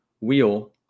wheel